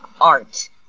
art